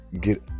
get